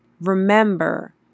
remember